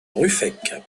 ruffec